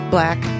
black